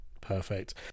Perfect